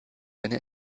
eine